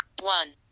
one